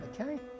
Okay